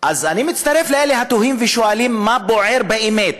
אז אני מצטרף לאלה התוהים ושואלים מה בוער, באמת?